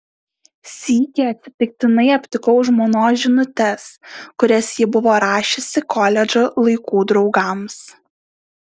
sykį atsitiktinai aptikau žmonos žinutes kurias ji buvo rašiusi koledžo laikų draugams